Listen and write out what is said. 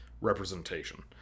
representation